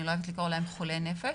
אני לא אוהבת לקרוא להם חולי נפש.